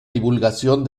divulgación